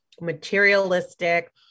materialistic